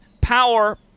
power